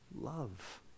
Love